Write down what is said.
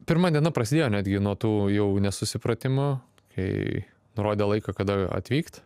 pirma diena prasidėjo netgi nuo tų jau nesusipratimo kai nurodė laiką kada atvykt